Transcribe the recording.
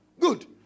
Good